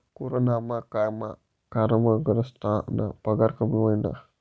कोरोनाना कायमा कामगरस्ना पगार कमी व्हयना